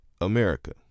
America